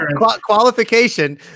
Qualification